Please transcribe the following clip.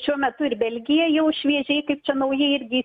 šiuo metu ir belgija jau šviežiai kaip čia naujai irgi